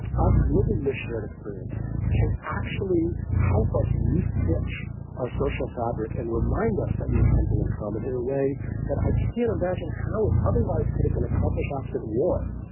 us living this shared experience can actually help us restitch our social fabric and remind us that we have something in common in a way that i can't imagine how it otherwise could have been accomplished opposite war.